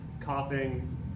coughing